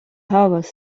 havas